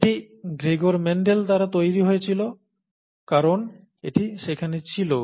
এটি Gregor Mendel দ্বারা তৈরি হয়েছিল কারণ এটি সেখানে ছিল